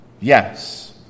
Yes